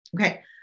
Okay